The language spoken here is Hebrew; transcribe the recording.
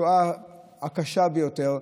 השואה הקשה ביותר,